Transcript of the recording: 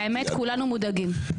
האמת, כולנו מודאגים.